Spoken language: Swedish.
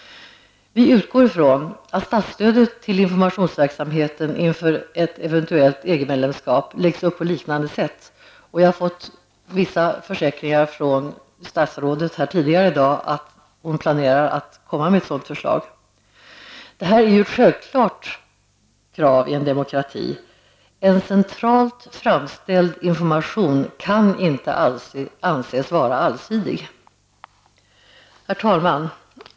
Vi utgår ifrån att statsstödet till informationsverksamheten inför ett eventuellt EG medlemskap läggs upp på liknande sätt. Vi har fått vissa försäkringar från statsrådet tidigare i dag att hon planerar att komma med ett förslag. Detta är ett självklart krav i en demokrati. En centralt framställd information kan inte anses vara allsidig. Herr talman!